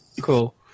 Cool